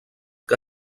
que